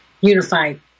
unified